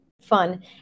fun